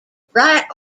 bright